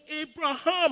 Abraham